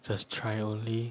just try only